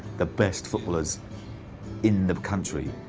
the best footballers in the country,